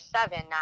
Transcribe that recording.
seven